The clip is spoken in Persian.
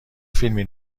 فیلمی